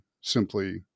simply